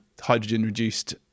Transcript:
hydrogen-reduced